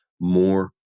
more